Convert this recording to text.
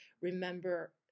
remember